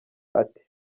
ati